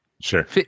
Sure